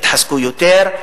יתחזקו יותר,